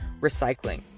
recycling